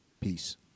Peace